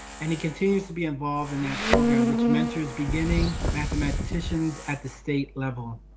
and he continues to be involved in that program, which mentors beginning mathematicians at the state level.